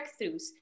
breakthroughs